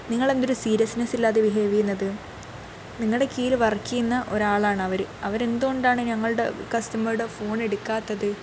നിങ്ങളെന്താ ഒരു സീരിയസ്നസ്സില്ലാതെ ബിഹേവ് ചെയ്യുന്നത് നിങ്ങളുടെ കീഴിൽ വർക്ക് ചെയ്യുന്ന ഒരാളാണ് അവർ അവരെന്തുകൊണ്ടാണ് ഞങ്ങളുടെ കസ്റ്റമറുടെ ഫോണെടുക്കാത്തത്